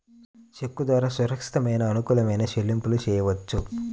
చెక్కు ద్వారా సురక్షితమైన, అనుకూలమైన చెల్లింపులను చెయ్యొచ్చు